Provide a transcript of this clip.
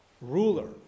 ruler